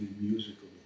musical